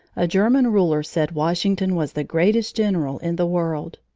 a german ruler said washington was the greatest general in the world.